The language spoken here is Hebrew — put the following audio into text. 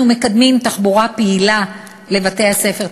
אנחנו מקדמים תחבורה פעילה לבתי-הספר.